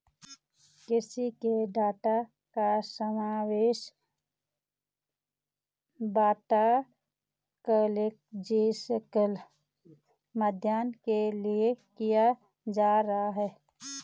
कृषि के डाटा का समावेश बायोटेक्नोलॉजिकल अध्ययन के लिए किया जा रहा है